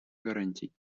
гарантий